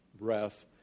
breath